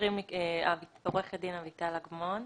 עורכת דין אביטל אגמון,